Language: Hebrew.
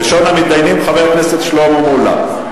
ראשון המסתייגים הוא חבר הכנסת שלמה מולה.